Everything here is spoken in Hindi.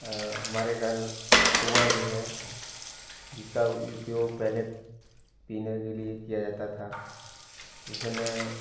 हमारे घर कुआँ भी है जिसका उपयोग पहले पीने के लिए किया जाता था जिसमें